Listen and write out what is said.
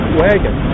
wagon